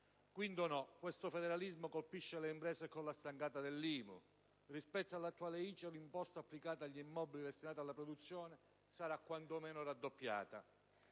Quinto "no": questo federalismo colpisce le imprese con la stangata dell'IMU. Rispetto all'attuale ICI, l'imposta applicata agli immobili destinati alla produzione sarà quanto meno raddoppiata.